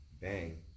Bang